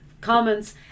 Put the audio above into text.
comments